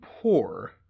poor